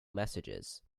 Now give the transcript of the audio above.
messages